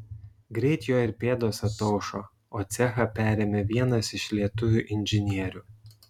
greit jo ir pėdos ataušo o cechą perėmė vienas iš lietuvių inžinierių